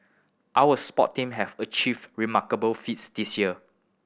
our sport team have achieved remarkable feats this year